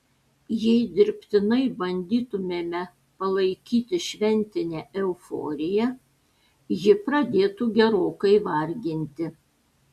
jei dirbtinai bandytumėme palaikyti šventinę euforiją ji pradėtų gerokai varginti